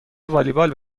والیبال